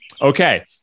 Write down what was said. Okay